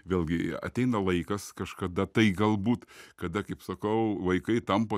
vėlgi ateina laikas kažkada tai galbūt kada kaip sakau vaikai tampa